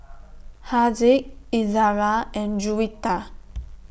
Haziq Izzara and Juwita